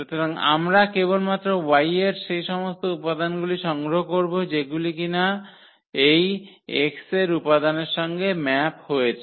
সুতরাং আমরা কেবলমাত্র Y এর সেই সমস্ত উপাদানগুলি সংগ্রহ করব যেগুলো এই X এর উপাদানের সঙ্গে ম্যাপ হয়েছে